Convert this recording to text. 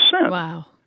Wow